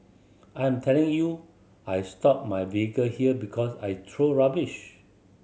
I'm telling you I stop my vehicle here because I throw rubbish